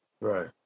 Right